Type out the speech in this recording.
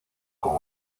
con